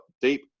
deep